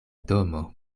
domo